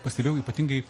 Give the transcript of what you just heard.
pastebėjau ypatingai